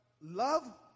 love